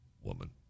woman